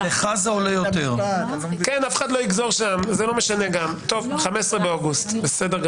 נכתוב בחוק 15 באוגוסט.